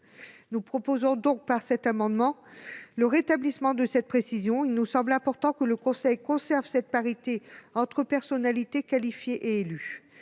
Nous proposons donc, par cet amendement, le rétablissement de cette précision : il nous semble important que le Conseil conserve cette parité entre personnalités qualifiées et élus.